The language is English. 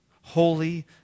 holy